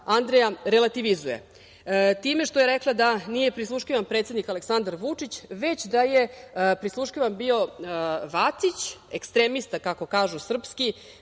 Andreja, relativizuje, time što je rekla da nije prisluškivan predsednik Aleksandar Vučić, već da je prisluškivan bio Vacić, ekstremista, kako kažu srpski